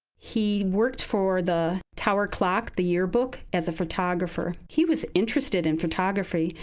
he worked for the tower clock, the yearbook, as a photographer. he was interested in photography,